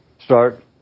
start